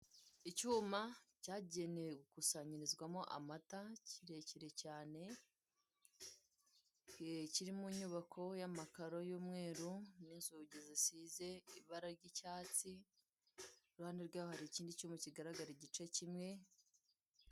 Icyuma cyagenewe gukusanyirizwamo amata kirekire cyane, kiri munyubako y'amakaro y'umweru, n'inzugi zisize ibara ry'icyatsi, iruhande rwaho hari ikindi cyuma kigaragaza igice kimwe....